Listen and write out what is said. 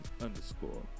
Underscore